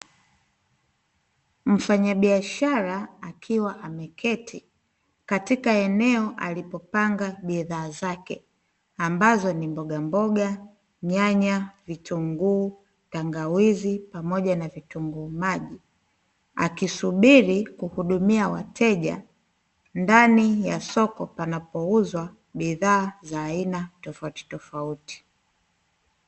Mfanyabiashara akiwa ameketi, katika eneo alipopanga bidhaa zake, ambazo ni mbogamboga, nyanya, vitunguu, tangawizi pamoja na vitunguu maji, akisubiri kuhudumia wateja, ndani ya soko panapouzwa bidhaa aina tofautitofauti.